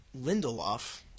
Lindelof